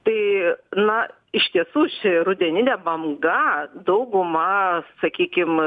tai na iš tiesų ši rudeninė banga dauguma sakykim